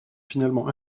finalement